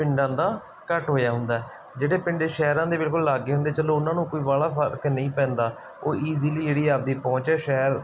ਪਿੰਡਾਂ ਦਾ ਘੱਟ ਹੋ ਹੁੰਦਾ ਜਿਹੜੇ ਪਿੰਡ ਸ਼ਹਿਰਾਂ ਦੇ ਬਿਲਕੁਲ ਲਾਗੇ ਹੁੰਦੇ ਚਲੋ ਉਹਨਾਂ ਨੂੰ ਕੋਈ ਬਾਹਲਾ ਫਰਕ ਨਹੀਂ ਪੈਂਦਾ ਉਹ ਈਜ਼ੀਲੀ ਜਿਹੜੀ ਆਪਦੀ ਪਹੁੰਚ ਸ਼ਹਿਰ